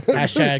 Hashtag